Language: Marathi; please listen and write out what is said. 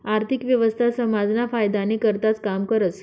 आर्थिक व्यवस्था समाजना फायदानी करताच काम करस